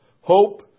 Hope